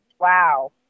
Wow